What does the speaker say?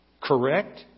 Correct